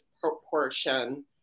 proportion